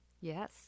Yes